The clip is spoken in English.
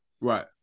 Right